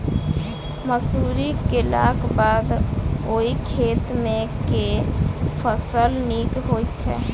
मसूरी केलाक बाद ओई खेत मे केँ फसल नीक होइत छै?